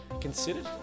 considered